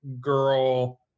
girl